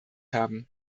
haben